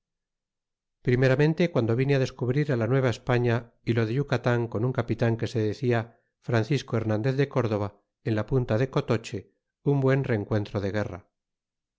primeramente guando vine á descubrir á la nueva españa y lo de yucatan con un capitan que se decia francisco hernandez de cürdova en la punta de cotoche un buen rencuentro de guerra